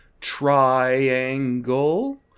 triangle